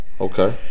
Okay